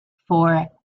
for